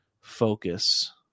focus